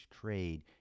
trade